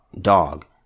dog